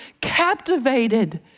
captivated